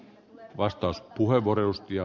arvoisa puhemies